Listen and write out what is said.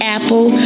Apple